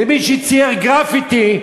למי שצייר גרפיטי,